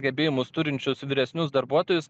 gebėjimus turinčius vyresnius darbuotojus